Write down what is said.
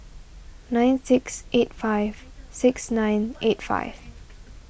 nine six eight five six nine eight five